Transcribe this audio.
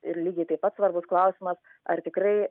ir lygiai taip pat svarbus klausimas ar tikrai